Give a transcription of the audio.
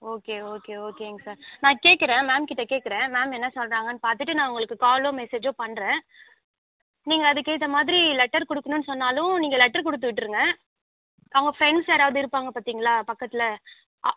okay okay ஓகேங்க sir நான் கேட்கறேன் மேம்கிட்ட கேட்கறேன் மேம் என்ன சொல்லுறாங்கன்னு பார்த்துட்டு நான் உங்களுக்கு காலோ மெசேஜோ பண்ணுறேன் நீங்கள் அதுக்கேற்ற மாதிரி லெட்டர் கொடுக்கணுன்னு சொன்னாலும் நீங்கள் லெட்டர் கொடுத்துவிட்ருங்க அவங்க ஃப்ரெண்ட்ஸ் யாராவுது இருப்பாங்க பார்த்தீங்களா பக்கத்தில்